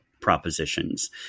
propositions